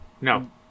No